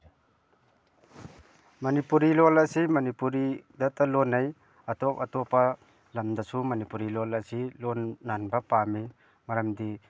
ꯃꯅꯤꯄꯨꯔꯤ ꯂꯣꯜ ꯑꯁꯤ ꯃꯅꯤꯄꯨꯔꯤꯗꯇ ꯂꯣꯟꯅꯩ ꯑꯇꯣꯞ ꯑꯇꯣꯞꯄ ꯂꯝꯗꯁꯨ ꯃꯅꯤꯄꯨꯔꯤ ꯂꯣꯜ ꯑꯁꯤ ꯂꯣꯟꯅ ꯍꯟꯕ ꯄꯥꯝꯃꯤ ꯃꯔꯝꯗꯤ